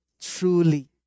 Truly